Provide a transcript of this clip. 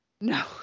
No